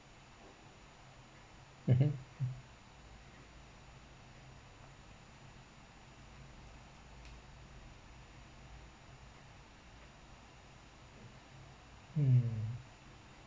mmhmm mm